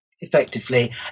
effectively